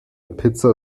pizza